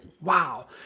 wow